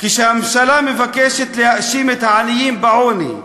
כשהממשלה מבקשת להאשים את העניים בעוני,